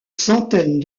centaines